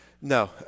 No